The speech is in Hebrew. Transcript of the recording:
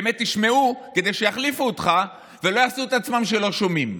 באמת ישמעו כדי שיחליפו אותך ולא יעשו את עצמם לא שומעים.